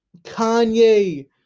Kanye